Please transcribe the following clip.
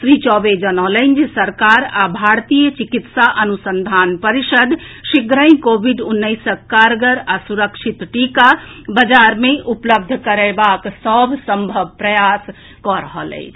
श्री चौबे जनौलनि जे सरकार आ भारतीय चिकित्सा अनुसंधान परिषद शीघ्रहि कोविड उन्नैसक कारगर आ सुरक्षित टीका बाजार मे उपलब्ध करएबाक सभ संभव प्रयास कऽ रहल अछि